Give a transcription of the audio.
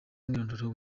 umwirondoro